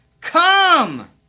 come